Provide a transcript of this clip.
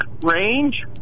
range